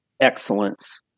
excellence